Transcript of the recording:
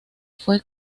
fue